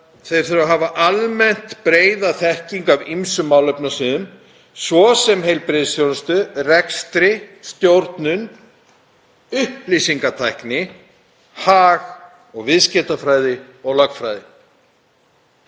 þeir þurfi að hafa „almennt breiða þekkingu af ýmsum málefnasviðum, svo sem heilbrigðisþjónustu, rekstri, stjórnun, upplýsingatækni, hag- og viðskiptafræði og lögfræði.“